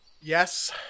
Yes